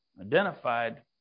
identified